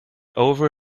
over